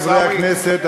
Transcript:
חברי חברי הכנסת,